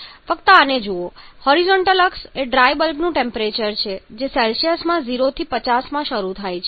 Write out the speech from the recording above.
ફક્ત આને જુઓ હોરિઝોન્ટલ અક્ષ એ ડ્રાય બલ્બનું ટેમ્પરેચર છે જે સેલ્સિયસમાં 0 થી 50 મા શરૂ થાય છે